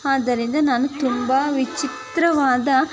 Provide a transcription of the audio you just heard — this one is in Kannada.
ಆದ್ದರಿಂದ ನಾನು ತುಂಬ ವಿಚಿತ್ರವಾದ